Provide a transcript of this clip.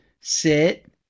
sit